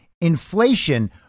inflation